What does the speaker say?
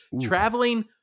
traveling